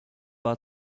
war